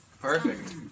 perfect